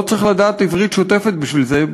לא צריך לדעת עברית שוטפת בשביל זה,